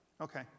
Okay